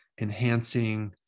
enhancing